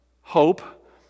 Hope